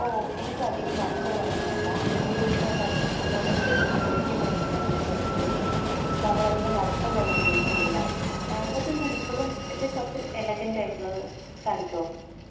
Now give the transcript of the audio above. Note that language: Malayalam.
ഓ എനിക്കധികം വർക്കുള്ളതൊന്നും വേണ്ട ഇതെനിക്ക് എൻ്റെ അച് അമ്മാമയ്ക്കും അമ്മയ്ക്കും വേണ്ടിയിട്ടാണ് ഞാൻ സെലക്ട് ചെയ്യുന്നത് അപ്പോൾ അവരധികം വർക്കുള്ളതൊന്നും ഉപയോഗിക്കലില്ല കുറച്ച് സിംപിളും പക്ഷേ കുറച്ച് എലഗൻറ് ആയിട്ടുള്ളത് കാണിക്കുവോ